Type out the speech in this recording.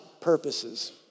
purposes